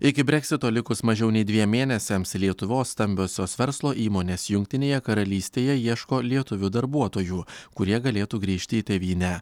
iki breksito likus mažiau nei dviem mėnesiams lietuvos stambiosios verslo įmonės jungtinėje karalystėje ieško lietuvių darbuotojų kurie galėtų grįžti į tėvynę